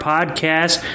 Podcast